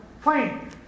fine